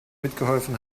mitgeholfen